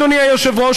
אדוני היושב-ראש,